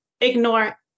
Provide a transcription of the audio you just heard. ignore